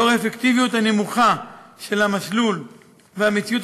לאור האפקטיביות הנמוכה של המסלול והמציאות